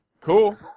Cool